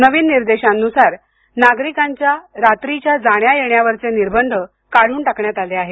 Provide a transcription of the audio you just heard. नवीन निर्देशांनुसार नागरिकांच्या रात्रीच्या जाण्या येण्यावारचे निर्बंध काढून टाकण्यात आले आहेत